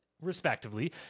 Respectively